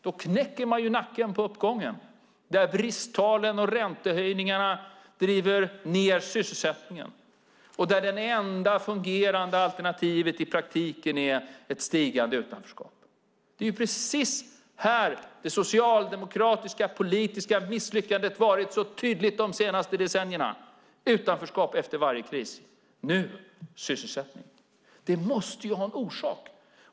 Då knäcker man nacken på uppgången, där bristtalen och räntehöjningarna driver ned sysselsättningen och där det enda fungerande alternativet i praktiken är ett stigande utanförskap. Det är precis här det socialdemokratiska politiska misslyckandet har varit så tydligt de senaste decennierna: utanförskap efter varje kris. Nu - sysselsättning. Det måste ju ha en orsak.